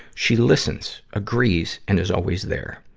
she listens, agrees, and is always there.